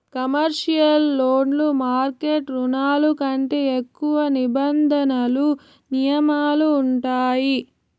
commercial లోన్లు market రుణాల కంటే ఎక్కువ నిబంధనలు నియమాలు ఉంటాయి